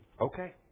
okay